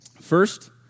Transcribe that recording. First